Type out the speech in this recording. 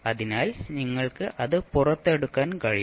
അതിനാൽ നിങ്ങൾക്ക് അത് പുറത്തെടുക്കാൻ കഴിയും